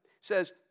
says